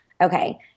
okay